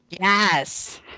yes